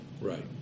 right